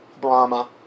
Brahma